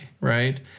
Right